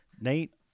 Nate